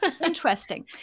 Interesting